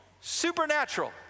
Supernatural